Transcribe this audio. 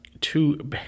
Two